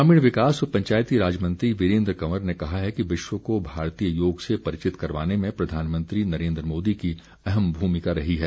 ग्रामीण विकास व पंचायती राज मंत्री वीरेन्द्र कंवर ने कहा है कि विश्व को भारतीय योग से परिचित करवाने में प्रधानमंत्री नरेन्द्र मोदी की अहम भूमिका रही है